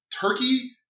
turkey